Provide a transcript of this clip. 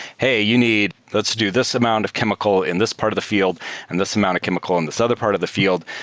hey, you need let's do this amount of chemical in this part of the field and this amount of chemical in this other part of the field.